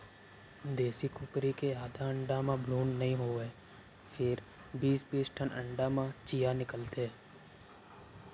देसी कुकरी के आधा अंडा म भ्रून नइ होवय फेर बीस बीस ठन अंडा म चियॉं निकलथे